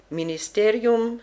ministerium